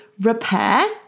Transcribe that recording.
repair